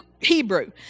Hebrew